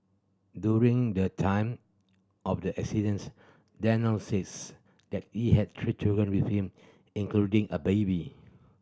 during the time of the incident Daniel says that he had three children with him including a baby